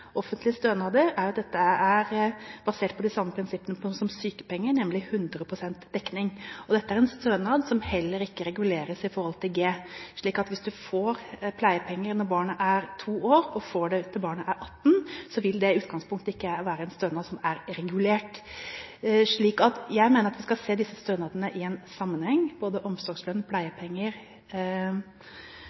offentlige stønader, er jo at disse er basert på de samme prinsippene som sykepenger, nemlig 100 pst. dekning. Dette er en stønad som heller ikke reguleres i forhold til G, slik at hvis du får pleiepenger når barnet er 2 år og får det til barnet er 18, vil det i utgangspunktet ikke være en stønad som er regulert. Så jeg mener at en skal se disse stønadene i en sammenheng – både omsorgslønn, pleiepenger